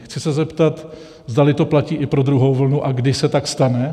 Chci se zeptat, zdali to platí i pro druhou vlnu a kdy se tak stane.